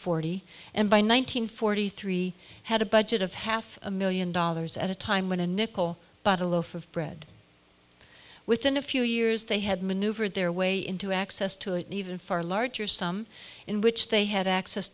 forty and by one nine hundred forty three had a budget of half a million dollars at a time when a nickel bought a loaf of bread within a few years they had maneuvered their way into access to an even far larger sum in which they had access